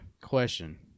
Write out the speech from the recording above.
question